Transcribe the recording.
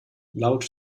laut